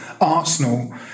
Arsenal